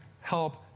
help